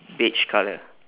beige colour